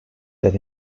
that